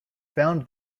found